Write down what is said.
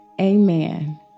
amen